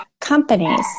companies